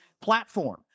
platform